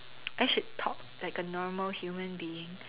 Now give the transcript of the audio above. I should talk like a normal human being